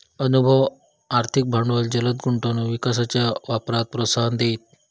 अनुभव, आर्थिक भांडवल जलद गुंतवणूक विकासाच्या वापराक प्रोत्साहन देईत